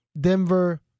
Denver